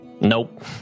Nope